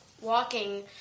walking